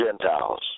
Gentiles